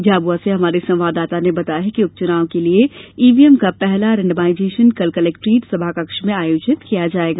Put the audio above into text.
झाब्आ से हमारे संवाददाता ने बताया है कि उपच्नाव के लिये ईवीएम का पहला रेन्डमाइजेशन कल कलेक्ट्रेट सभाकक्ष में आयोजित किया जाएगा